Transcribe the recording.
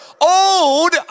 old